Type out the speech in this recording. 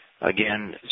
again